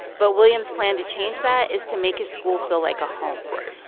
but williams plan to change that is to make his school feel like a home right.